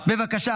בבקשה,